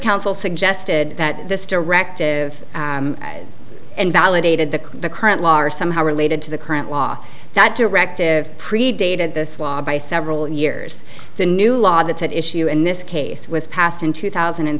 counsel suggested that this directive and validated that the current law are somehow related to the current law that directive predated this law by several years the new law that's at issue in this case was passed in two thousand and